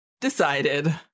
decided